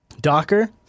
Docker